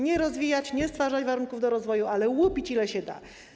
Nie rozwijać, nie stwarzać warunków do rozwoju, ale łupić, ile się da.